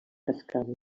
cascades